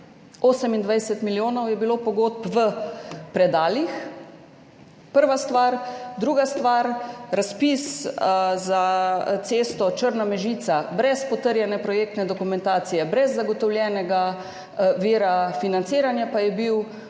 28 milijonov pogodb je bilo v predalih. Prva stvar. Druga stvar, razpis za cesto Črna–Mežica brez potrjene projektne dokumentacije, brez zagotovljenega vira financiranja, pa je bil